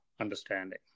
understanding